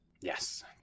Yes